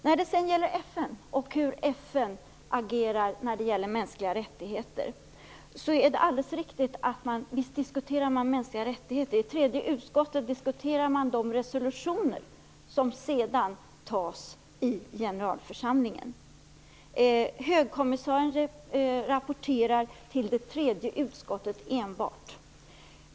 När det gäller FN vill jag säga att det är alldeles riktigt att man diskuterar mänskliga rättigheter. I det tredje utskottet diskuterar man de resolutioner som sedan antas i generalförsamlingen. Högkommissarien rapporterar enbart till det tredje utskottet.